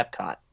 Epcot